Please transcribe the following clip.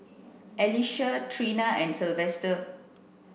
Alisha Treena and Silvester